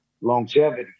Longevity